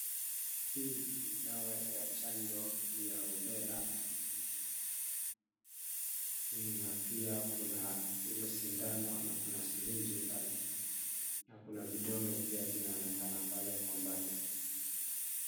Hii ni dawa ya chanjo ya Rubela na pia kuna ile sindano na kuna sirinji pale na kuna vidonge pia zinaoenekana kwa umbali.